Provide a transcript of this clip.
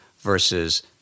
versus